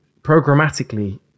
programmatically